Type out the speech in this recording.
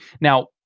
Now